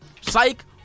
Psych